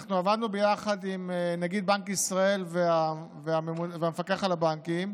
אנחנו עבדנו ביחד עם נגיד בנק ישראל והמפקח על הבנקים.